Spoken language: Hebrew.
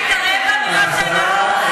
בכל תפקידיך כשר לא עשית רבע ממה שאני עושה.